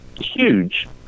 huge